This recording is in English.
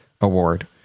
award